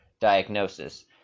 diagnosis